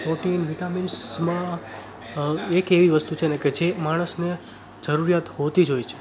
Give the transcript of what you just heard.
protein વિટામિન્સમાં એક એવી વસ્તુ છે ને કે જે માણસને જરૂરિયાત હોતી જ હોય છે